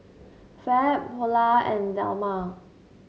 Fab Polar and Dilmah